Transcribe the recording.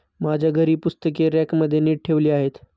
माझ्या घरी पुस्तके रॅकमध्ये नीट ठेवली आहेत